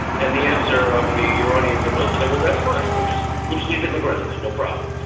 and the answer of the iranians and mossadeq was, that's fine, we'll just we'll just leave it in the ground then, no problem.